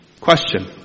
Question